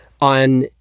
on